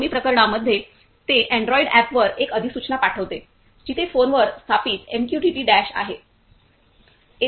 दोन्ही प्रकरणांमध्ये ते अँड्रॉइड एप वर एक अधिसूचना पाठवते जिथे फोनवर स्थापित एमक्यूटीटी डॅश आहे